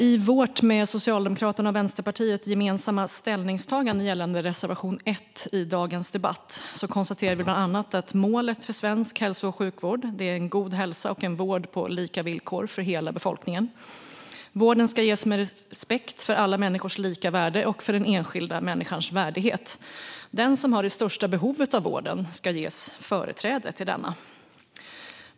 I vårt, Socialdemokraternas och Vänsterpartiets gemensamma ställningstagande gällande reservation 1 i dagens debatt konstaterar vi bland annat följande: Målet för svensk hälso och sjukvård är en god hälsa och en vård på lika villkor för hela befolkningen. Vården ska ges med respekt för alla människors lika värde och för den enskilda människans värdighet. Den som har det största behovet av vård ska ges företräde till denna.